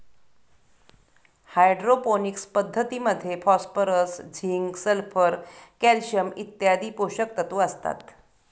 hydroponics पद्धतीमध्ये phosphorus, zinc, sulphur, calcium इत्यादी पोषकतत्व असतात